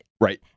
Right